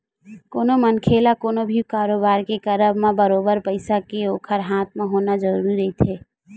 कोनो मनखे ल कोनो भी कारोबार के करब म बरोबर पइसा के ओखर हाथ म होना जरुरी रहिथे